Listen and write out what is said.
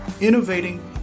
Innovating